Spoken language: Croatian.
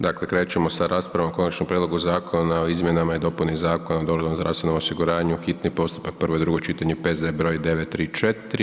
Dakle, krećemo sa raspravom o Konačnom prijedlogu Zakona o izmjenama i dopunama Zakona o dobrovoljnom zdravstvenom osiguranju, hitni postupak, prvo i drugo čitanje, P.Z. br. 934.